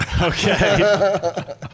okay